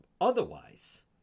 Otherwise